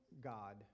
God